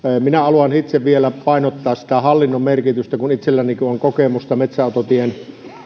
minä haluan itse vielä painottaa sitä hallinnon merkitystä kun itsellänikin on kokemusta metsäautotien